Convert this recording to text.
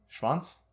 Schwanz